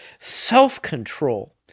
self-control